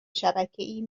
شبکهای